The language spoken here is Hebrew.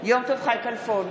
יום טוב חי כלפון,